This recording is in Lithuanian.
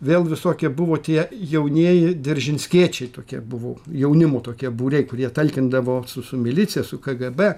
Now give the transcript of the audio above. vėl visokie buvo tie jaunieji deržinskiečiai tokie buvo jaunimo tokie būriai kurie talkindavo su su milicija su kgb